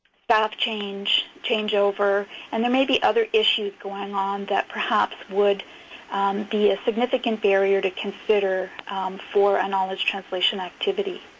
staff change, change-over and there may be other issues going on that perhaps would be a significant barrier to consider for a knowledge translation activity.